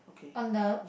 on the